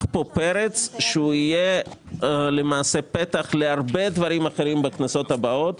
פה פרץ שהוא יהיה למעשה פתח להרבה דברים אחרים בכנסות הבאות.